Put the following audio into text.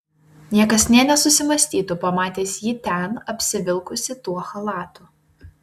niekas nė nesusimąstytų pamatęs jį ten apsivilkusį tuo chalatu